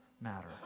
matter